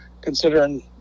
considering